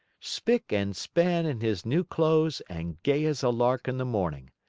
spick and span in his new clothes and gay as a lark in the morning.